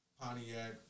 Pontiac